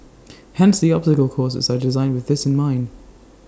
hence the obstacle courses are designed with this in mind